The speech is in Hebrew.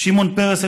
שמעון פרס,